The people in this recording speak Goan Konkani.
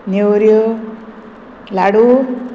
नेवऱ्यो लाडू